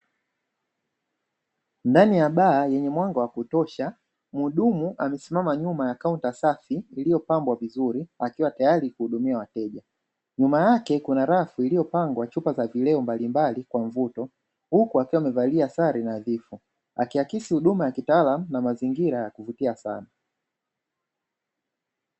Ndani ya baa yenye mwanga wa kutosha, muhudumu amesimama nyuma ya kaunta safi iliyopambwa vizuri akiwa tayali kuhudumia wateja, nyuma yake kuna rafu iliyopangwa chupa za vileo mbalimbali kwa mvuto, huku akiwa amevalia sare nadhifu, akiakisi huduma ya kitaalamu na mazingira ya kuvutia sana.